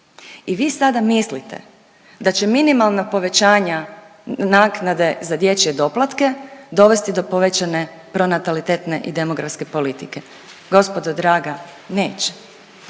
I vi sada mislite da će minimalna povećanja naknade za dječje doplatke dovesti do povećane pronatalitetne i demografske politike? Gospodo draga neće.